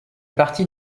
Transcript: partie